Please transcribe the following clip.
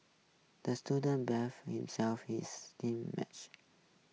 the student beefed himself his team match